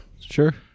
sure